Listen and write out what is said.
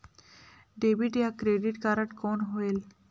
Debit या credit card कौन होएल?